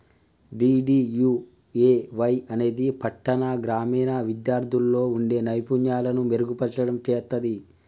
DDUAY అనేది పట్టాణ, గ్రామీణ విద్యార్థుల్లో వుండే నైపుణ్యాలను మెరుగుపర్చడం చేత్తది